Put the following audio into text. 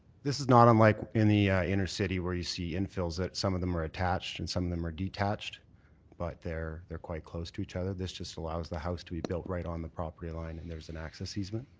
this is not like in the inner city where you see infills that some of them are attached and some of them are detached but they're they're quite close to each other. this just allows the house to be built right on the property line and there's an access easement.